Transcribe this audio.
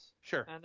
sure